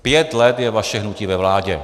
Pět let je vaše hnutí ve vládě.